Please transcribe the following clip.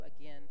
again